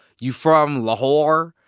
you from lahore?